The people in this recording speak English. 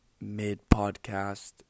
mid-podcast